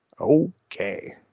Okay